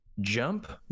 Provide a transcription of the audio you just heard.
jump